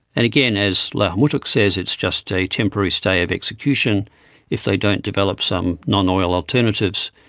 and again, as la'o hamutuk says, it's just a temporary stay of execution if they don't develop some non-oil alternatives.